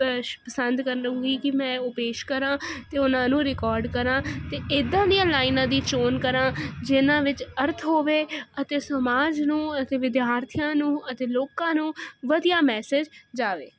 ਪਸੰਦ ਕਰ ਲਉਂਗੀ ਕਿ ਮੈਂ ਉਹ ਪੇਸ਼ ਕਰਾਂ ਅਤੇ ਉਹਨਾਂ ਨੂੰ ਰਿਕਾਰਡ ਕਰਾਂ ਅਤੇ ਇੱਦਾਂ ਦੀਆਂ ਲਾਈਨਾਂ ਦੀ ਚੋਣ ਕਰਾਂ ਜਿਹਨਾਂ ਵਿੱਚ ਅਰਥ ਹੋਵੇ ਅਤੇ ਸਮਾਜ ਨੂੰ ਅਸੀਂ ਵਿਦਿਆਰਥੀਆਂ ਨੂੰ ਅਤੇ ਲੋਕਾਂ ਨੂੰ ਵਧੀਆ ਮੈਸੇਜ ਜਾਵੇ